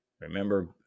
remember